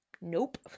nope